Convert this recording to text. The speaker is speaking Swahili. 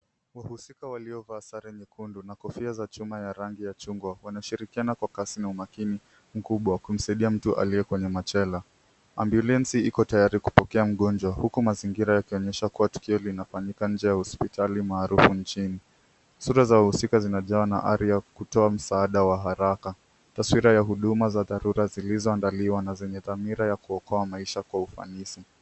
Wahusika waliovaa sare nyekundu na kofia za chuma na rangi ya chungwa wanashirikiana kwa kasi na umakini mkubwa kumsaidia mtu aliye kwenye machela. Ambulensi iko tayari kupokea mgonjwa huku mazingira yakinyesha kuwa tukio linafanyika nje ya hospitali maarufu nchini. Sura za wahusika zinajazwa na amri ya kutoa msaada wa haraka taswira ya huduma dharura zilizoandaliwa na zenye dhamira ya kuokoa maisha kwa ufanisi.